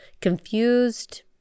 confused